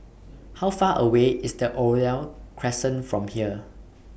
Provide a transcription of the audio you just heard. How Far away IS Oriole Crescent from here